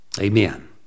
Amen